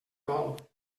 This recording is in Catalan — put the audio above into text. vol